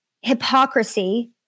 hypocrisy